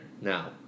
now